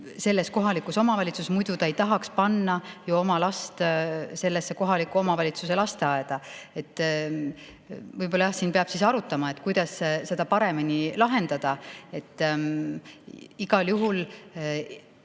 selles kohalikus omavalitsuses, muidu ta ei tahaks panna oma last sellesse kohaliku omavalitsuse lasteaeda. Võib-olla jah siin peab arutama, kuidas seda paremini lahendada. Igal juhul